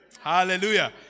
Hallelujah